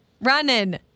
running